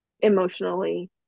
emotionally